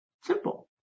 Simple